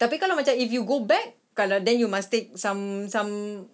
tapi kalau macam if you go back kalau then you must take some some